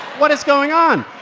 what is going on?